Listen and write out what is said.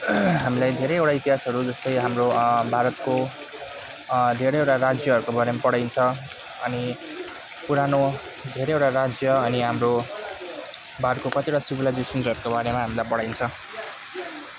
हामलाई धेरैवटा इतिहासहरू जस्तै हाम्रो भारतको धेरैवटा राज्यहरूको बारेमा पढाइन्छ अनि पुरानो धेरैवटा राज्य अनि हाम्रो भारतको कतिवटा सिभिलाइजेसनहरूको बारेमा हामीलाई पढाइन्छ